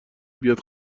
بیاد